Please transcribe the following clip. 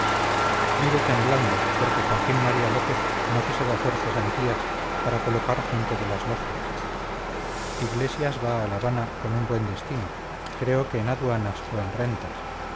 vive temblando porque joaquín maría lópez no cesa de hacer cesantías para colocar gente de las logias iglesias va a la habana con un buen destino creo que en aduanas o en rentas